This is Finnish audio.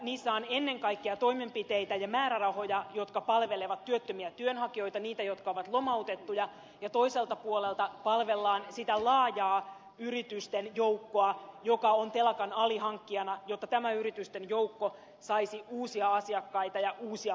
niissä on ennen kaikkea toimenpiteitä ja määrärahoja jotka palvelevat työttömiä työnhakijoita niitä jotka ovat lomautettuja ja toiselta puolelta palvellaan sitä laajaa yritysten joukkoa joka on telakan alihankkijana jotta tämä yritysten joukko saisi uusia asiakkaita ja uusia markkinoita